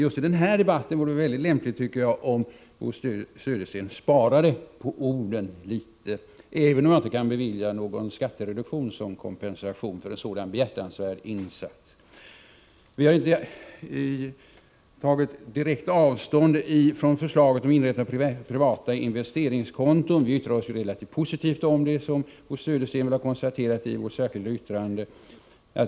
Just i den här debatten vore det mycket lämpligt, tycker jag, om Bo Södersten sparade på orden litet — även om jag inte kan bevilja någon skattereduktion som kompensation för en sådan behjärtansvärd insats. Vi har inte direkt tagit avstånd från förslaget om inrättande av privata investeringskonton. Vi uttalar ju oss relativt positivt om det, som Bo Södersten väl har konstaterat i vårt särskilda yttrande.